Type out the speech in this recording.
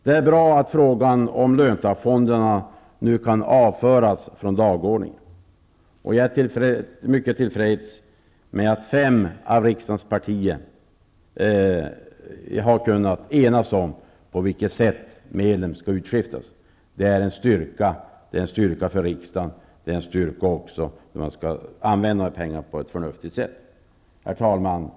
Det är bra att frågan om löntagarfonderna nu kan avföras från dagordningen, och jag är mycket tillfreds med att fem av riksdagens partier har kunnat enas om på vilket sätt medlen skall utskiftas. Det är en styrka. Det är en styrka för riksdagen, och det är en styrka också när man skall använda pengarna på ett förnuftigt sätt. Herr talman!